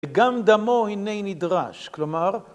וגם דמו הנה נדרש, כלומר